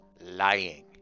lying